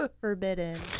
forbidden